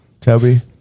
Toby